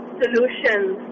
solutions